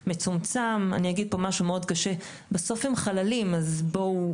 מצומצם ואני אגיד פה משהו מאוד קשה: בסוף הם חללים אז בואו,